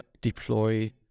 deploy